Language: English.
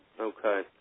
Okay